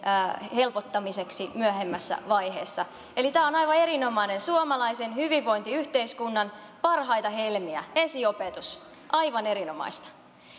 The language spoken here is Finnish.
helpottamiseksi myöhemmässä vaiheessa eli tämä on aivan erinomaista suomalaisen hyvinvointiyhteiskunnan parhaita helmiä esiopetus aivan erinomaista